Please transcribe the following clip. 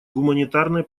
гуманитарной